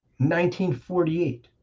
1948